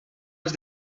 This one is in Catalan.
els